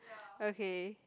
okay